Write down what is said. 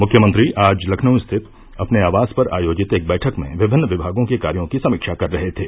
मुख्यमंत्री आज लखनऊ स्थित अपने आवास पर आयोजित एक बैठक में विभिन्न विभागों के कार्यो की समीक्षा कर रहे थे